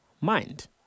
mind